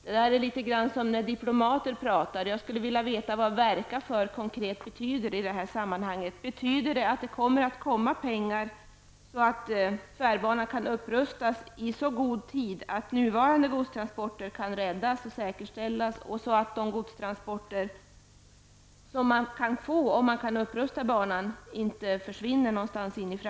Det låter litet som när diplomater pratar. Jag skulle vilja veta vad ''verka för'' betyder konkret i detta sammanhang. Betyder det att det kommer pengar så att tvärbanan kan rustas upp i så god tid att nuvarande godstransporter kan räddas, säkerställas, och så att de godstransporter som man kan få om banan rustas upp, inte försvinner?